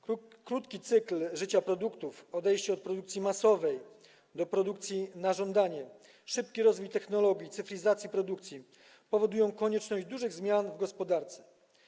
Krótki cykl życia produktów, odejście od produkcji masowej do produkcji na żądanie, szybki rozwój technologii, cyfryzacji produkcji powodują konieczność dużych zmian w gospodarce.